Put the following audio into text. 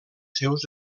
seus